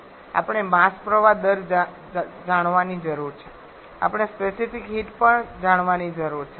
આપણે માસ પ્રવાહ દર જાણવાની જરૂર છે આપણે સ્પેસિફીક હીટ પણ જાણવાની જરૂર છે